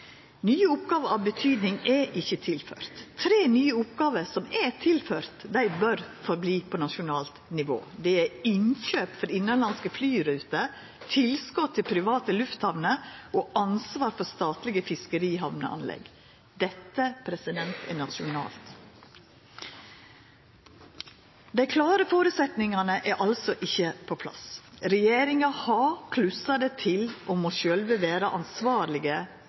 Nye oppgåver av betydning er ikkje tilførte. Tre nye oppgåver som er tilførte, bør verta verande på nasjonalt nivå. Det er innkjøp for innanlandske flyruter, tilskot til private lufthamner og ansvar for statlege fiskerihamneanlegg. Dette er nasjonalt. Dei klare føresetnadene er altså ikkje på plass. Regjeringa har klussa det til og må sjølv vera